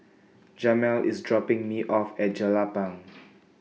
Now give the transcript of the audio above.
Jamel IS dropping Me off At Jelapang